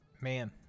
Man